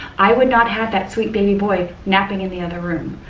i would not have that sweet baby boy napping in the other room.